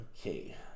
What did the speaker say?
Okay